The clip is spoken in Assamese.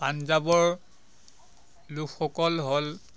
পঞ্জাবৰ লোকসকল হ'ল